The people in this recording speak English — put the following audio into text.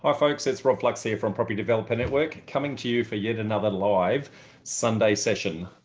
um folks, it's rob flux here from property developer network coming to you for yet another live sunday session.